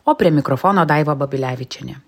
o prie mikrofono daiva babilevičienė